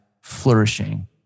flourishing